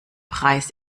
preis